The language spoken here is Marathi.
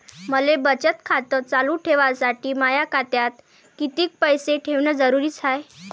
मले बचत खातं चालू ठेवासाठी माया खात्यात कितीक पैसे ठेवण जरुरीच हाय?